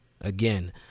Again